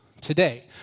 today